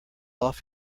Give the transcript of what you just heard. off